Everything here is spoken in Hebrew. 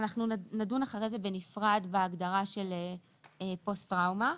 אנחנו נדון אחר כך בנפרד בהגדרה של פוסט טראומה.